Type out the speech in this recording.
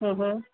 હં હં